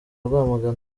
rwamagana